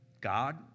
God